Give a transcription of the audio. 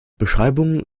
beschreibungen